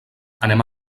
anem